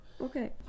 Okay